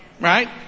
Right